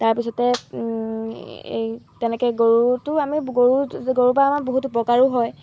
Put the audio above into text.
তাৰপিছতে এই তেনেকৈ গৰুটো আমি গৰু গৰুৰ পৰা আমাৰ বহুত উপকাৰো হয়